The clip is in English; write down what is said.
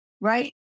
right